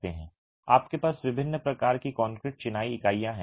आपके पास विभिन्न प्रकार की कंक्रीट चिनाई इकाइयां हैं